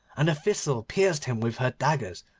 and the thistle pierced him with her daggers,